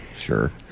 sure